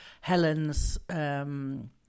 Helen's